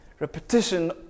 Repetition